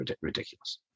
ridiculous